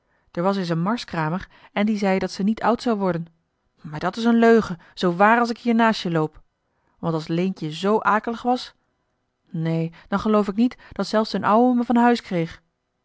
d'r was eens een marskramer en die zei dat ze niet oud zou worden maar dat is een leugen zoo waar als ik hier naast je loop want als leentje z akelig was neen dan geloof ik niet dat zelfs d'n ouwe me van huis kreeg